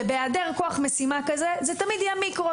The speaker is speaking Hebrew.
ובהיעדר כוח משימה כזה זה תמיד יהיה מיקרו.